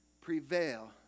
prevail